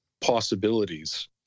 possibilities